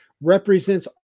represents